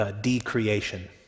De-creation